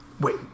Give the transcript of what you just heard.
Wait